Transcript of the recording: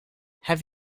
have